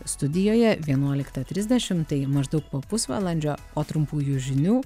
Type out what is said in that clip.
studijoje vienuoliktą trisdešim tai maždaug po pusvalandžio o trumpųjų žinių